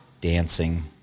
dancing